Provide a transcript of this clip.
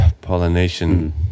pollination